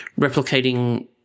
replicating